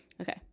Okay